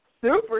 super